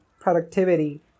productivity